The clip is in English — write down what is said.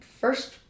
first